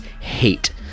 hate